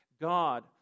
God